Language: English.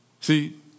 See